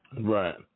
Right